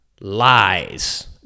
lies